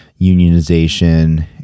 unionization